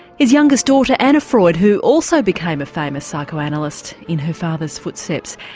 his youngest daughter, anna freud, who also became a famous psychoanalyst in her father's footsteps,